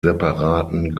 separaten